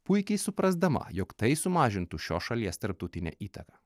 puikiai suprasdama jog tai sumažintų šios šalies tarptautinę įtaką